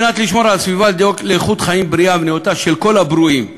כדי לשמור על הסביבה ולדאוג לאיכות חיים בריאה ונאותה של כל הברואים,